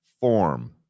form